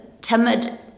timid